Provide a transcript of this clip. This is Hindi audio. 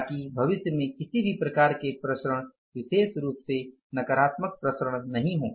ताकि भविष्य में किसी भी प्रकार के विचरण विशेष रूप से नकारात्मक विचरण नहीं हो